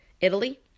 Italy